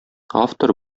автор